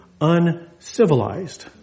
uncivilized